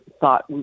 thought